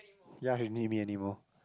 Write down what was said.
ya she didn't need me anymore